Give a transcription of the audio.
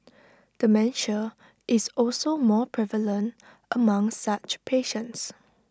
dementia is also more prevalent among such patients